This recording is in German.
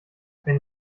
wenn